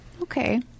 okay